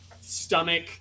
stomach